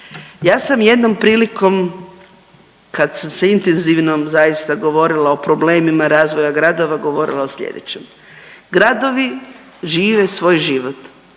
Ja sam jednom prilikom kad sam se intenzivno zaista govorila o problemima razvoja gradova govorila o sljedećem, gradovi žive svoj život